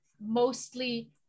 mostly